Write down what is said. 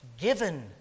given